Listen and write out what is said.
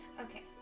Okay